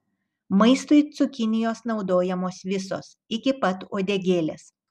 maistui cukinijos naudojamos visos iki pat uodegėlės